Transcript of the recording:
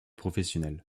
professionnels